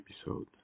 episode